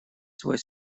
свой